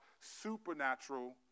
supernatural